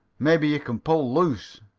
maybe you can pull loose.